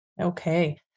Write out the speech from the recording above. Okay